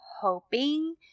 hoping